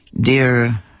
dear